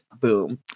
Boom